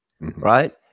right